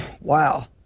Wow